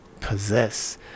possess